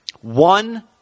One